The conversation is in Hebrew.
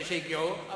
אלה שהגיעו,